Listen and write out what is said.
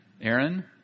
Aaron